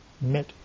met